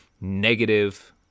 negative